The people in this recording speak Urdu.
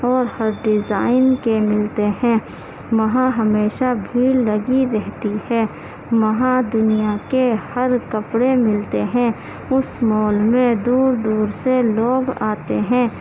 اور ہر ڈیزائن کے ملتے ہیں وہاں ہمیشہ بھیڑ لگی رہتی ہے وہاں دنیا کے ہر کپڑے ملتے ہیں اس مال میں دور دور سے لوگ آتے ہیں